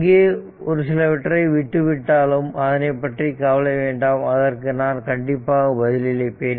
இங்கு ஒரு சிலவற்றை விட்டுவிட்டாலும் அதனைப் பற்றி கவலை வேண்டாம் அதற்கு நான் கண்டிப்பாக பதிலளிப்பேன்